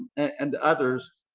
and others.